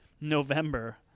November